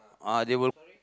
ah they will